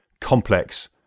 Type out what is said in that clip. complex